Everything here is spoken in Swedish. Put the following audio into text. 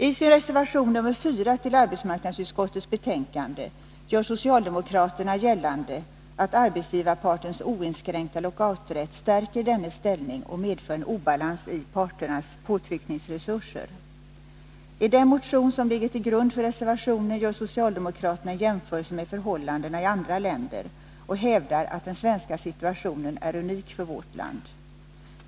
I sin reservation nr4 vid arbetsmarknadsutskottets betänkande gör socialdemokraterna gällande att arbetsgivarpartens oinskränkta lockouträtt stärker dennes ställning och medför en obalans i parternas påtryckningsresurser. I den motion som ligger till grund för reservationen gör socialdemokraterna en jämförelse med förhållandena i andra länder och hävdar att den svenska situationen är unik för vårt land.